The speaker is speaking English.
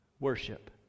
Worship